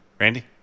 Randy